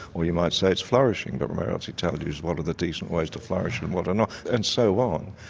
or you might say it's flourishing, but morality tells you what are the decent ways to flourish and what are not. and so on.